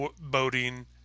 boating